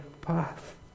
path